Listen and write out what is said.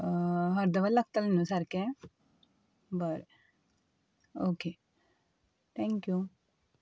अर्द वर लागतलें न्हू सारकें बरें ओके थँक्यू